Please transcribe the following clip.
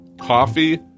coffee